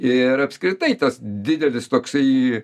ir apskritai tas didelis toksai